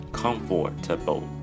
comfortable